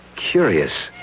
Curious